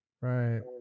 right